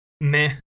meh